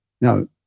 now